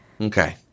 Okay